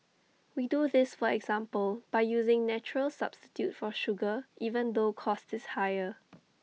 we do this for example by using natural substitute for sugar even though cost is higher